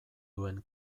duen